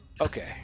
Okay